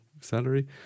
salary